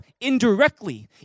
indirectly